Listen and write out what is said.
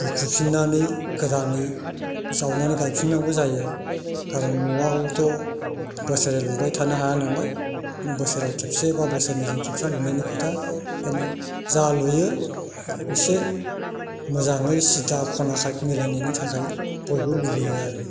बुखुफिननानै गोदानै जावनानै गायफिननांगौ जायो खारन न'आबोथ' बोसोरै लुबाय थानो हाया नालाय बिदिनो बोसोराव खेबसे बा बोसोरनैजों खेबसे लुनायनि खोथा बिदिनो जा लुयो एसे मोजाङै सिधा खना साइड मिलायनायनि थाखाय बयबो लुबैयो आरो